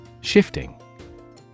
Shifting